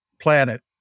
planet